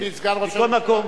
אדוני סגן ראש הממשלה,